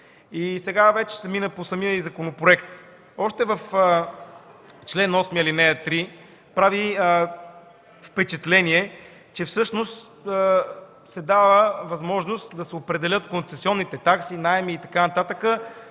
Сега вече ще мина на самия законопроект. Още в чл. 8, ал. 3 прави впечатление, че всъщност се дава възможност да се определят концесионните такси, наеми и така нататък